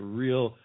real